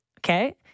Okay